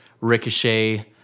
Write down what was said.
ricochet